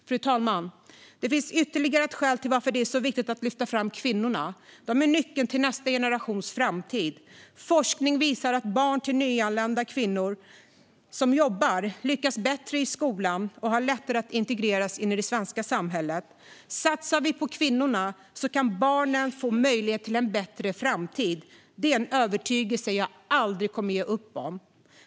Fru talman! Det finns ytterligare ett skäl till att det är viktigt att lyfta fram kvinnorna: De är nyckeln till nästa generations framtid. Forskning visar att barn till nyanlända kvinnor som jobbar lyckas bättre i skolan och har lättare att integreras i det svenska samhället. Satsar vi på kvinnorna kan barnen få möjlighet till en bättre framtid. Det är en övertygelse jag aldrig kommer att ge upp.